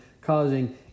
causing